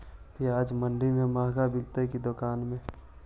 प्याज मंडि में मँहगा बिकते कि दुकान में?